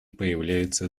появляются